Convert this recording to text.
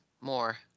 more